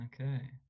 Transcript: okay